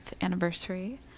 anniversary